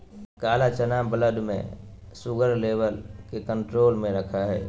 काला चना ब्लड में शुगर लेवल के कंट्रोल में रखैय हइ